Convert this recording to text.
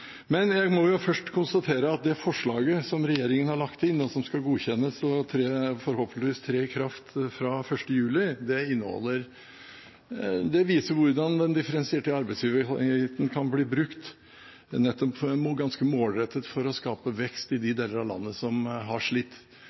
Men jeg må først konstatere at det forslaget som regjeringen har lagt inn, og som skal godkjennes og forhåpentligvis tre i kraft fra 1. juli, viser hvordan den differensierte arbeidsgiveravgiften kan bli brukt ganske målrettet nettopp for å skape vekst i de delene av landet som har slitt.